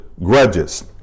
grudges